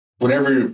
Whenever